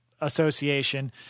Association